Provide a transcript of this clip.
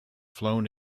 flown